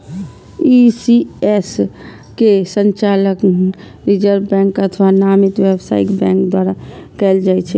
ECS के संचालन reserve bank अथवा नामित व्यावसायिक बैंक द्वारा कैल जाइ छै